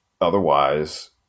otherwise